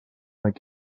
aquí